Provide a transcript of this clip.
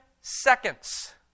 seconds